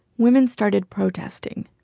women started protesting.